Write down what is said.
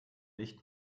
nicht